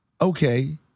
okay